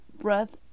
breath